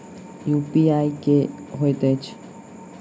UPI की होइत अछि